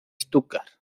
stuttgart